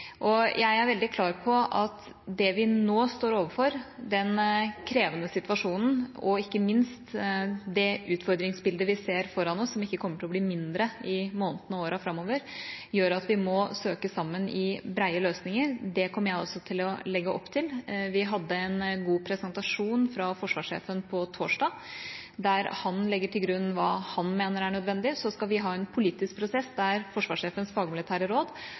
Jeg er veldig klar på at det vi nå står overfor, den krevende situasjonen og ikke minst det utfordringsbildet vi ser foran oss, som ikke kommer til å bli mindre i månedene og årene framover, gjør at vi må søke sammen i brede løsninger. Det kommer jeg også til å legge opp til. Vi hadde en god presentasjon fra forsvarssjefen på torsdag, der han la til grunn hva han mener er nødvendig. Så skal vi ha en politisk prosess der forsvarssjefens fagmilitære råd